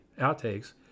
outtakes